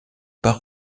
pas